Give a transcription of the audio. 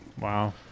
Wow